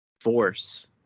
force